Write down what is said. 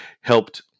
helped